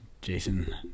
Jason